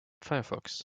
firefox